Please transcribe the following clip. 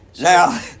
Now